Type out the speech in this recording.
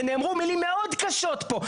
נאמרו מילים מאוד קשות פה.